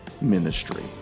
ministry